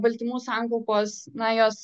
baltymų sankaupos na jos